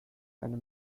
eine